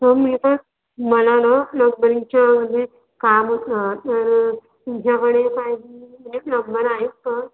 हो मी पण मला ना प्लम्बरिंगच्या मध्ये काम असं तर तुमच्याकडे काय म्हणजे प्लम्बर आहेत का